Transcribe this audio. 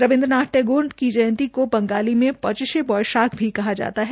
रविन्द्र नाथ टैगोर की जयंती को बंगाली में पचीशे बोएशाख भी कहा जाता है